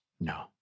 No